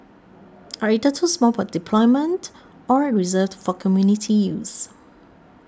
are either too small for deployment or reserved for community use